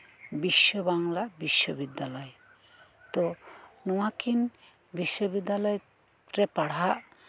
ᱵᱤᱥᱥᱚ ᱵᱟᱝᱞᱟ ᱵᱤᱥᱥᱚ ᱵᱤᱫᱽᱫᱟᱞᱚᱭ ᱛᱚ ᱱᱚᱶᱟᱠᱤᱱ ᱵᱤᱥᱥᱚ ᱵᱤᱫᱽᱫᱟᱞᱚᱭ ᱨᱮ ᱯᱟᱲᱦᱟᱜ